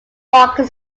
market